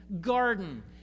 garden